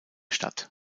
stadt